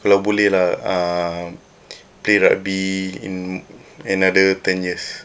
kalau boleh lah um play rugby in another ten years